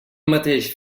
mateix